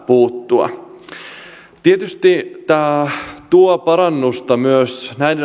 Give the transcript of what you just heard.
puuttua tietysti tämä tuo parannusta myös